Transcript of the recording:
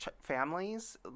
families